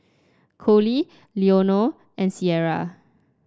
Colie Leonore and Ciera